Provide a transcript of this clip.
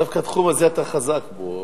דווקא התחום הזה, אתה חזק בו.